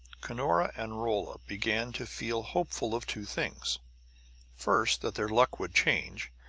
cunora and rolla began to feel hopeful of two things first, that their luck would change,